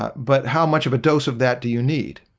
but how much of a dose of that do you need?